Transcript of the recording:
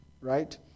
Right